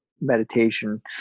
meditation